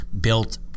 built